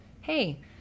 hey